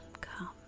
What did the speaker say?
come